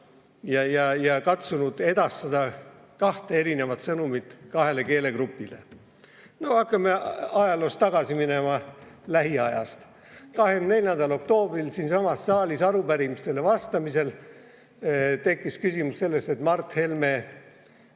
ja katsunud edastada kahte erinevat sõnumit kahele keelegrupile. Hakkame lähiajaloos tagasi minema. 24. oktoobril siinsamas saalis arupärimistele vastamisel tekkis küsimus sellest, et Mart Helme